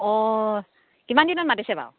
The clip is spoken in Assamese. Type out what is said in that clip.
অঁ কিমান দিনত মাতিছে বাৰু